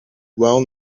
well